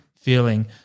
feeling